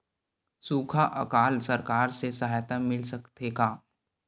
सुखा अकाल सरकार से सहायता मिल सकथे का?